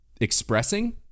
expressing